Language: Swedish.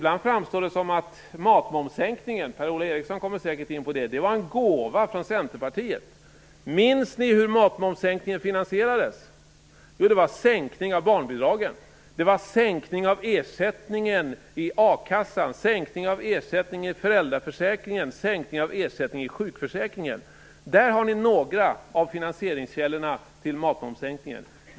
Ibland framstår det som om matmomssänkningen, det kommer säkert Per-Ola Eriksson in på, var en gåva från Centerpartiet. Minns ni hur matmomssänkningen finansierades? Det var genom en sänkning av barnbidragen. Det var genom en sänkning av ersättningen i a-kassan, en sänkning av ersättningen i föräldraförsäkringen och en sänkning av ersättningen i sjukförsäkringen. Det var några av källorna för finansieringen av matmomssänkningen.